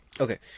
Okay